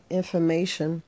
information